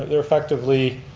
they're effectively